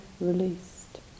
released